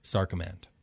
Sarcomand